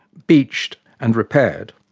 beached and repaired.